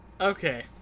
Okay